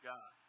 God